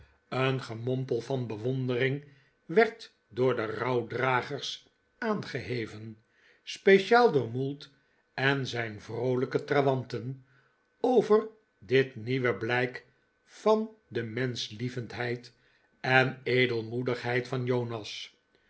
een gemompel van bewondering werd door de rouwdragers aangeheven speciaal door mould en zijn vroolijke trawanten over dit nieuwe blijk van de menschlievendheid en edelmoedigheid van jonas